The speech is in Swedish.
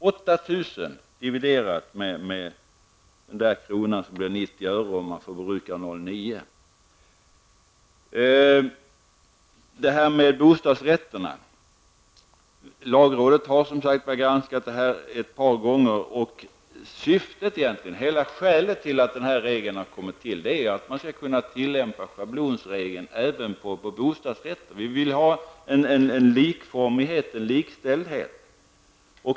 8 000 dividerat med den krona som blir 90 öre om man förbrukar 0,9 liter per mil. Lagrådet har som sagt granskat frågan om bostadsrätterna ett par gånger. Syftet till att regeln har kommit till är att man skall kunna tillämpa schablonregeln även på bostadsrätter. Vi vill ha en likformighet, en likställdhet.